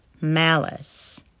malice